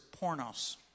pornos